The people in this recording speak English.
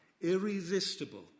irresistible